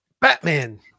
Batman